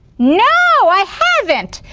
no, i haven't.